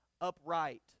upright